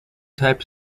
types